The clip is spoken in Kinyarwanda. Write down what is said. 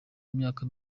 imyaka